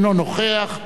אינו נוכח,